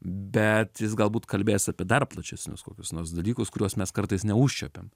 bet jis galbūt kalbės apie dar plačesnius kokius nors dalykus kuriuos mes kartais neužčiuopiam